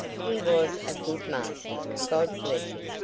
he was a good master, god bless him!